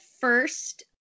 first